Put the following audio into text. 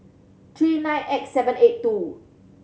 three nine X seven eight two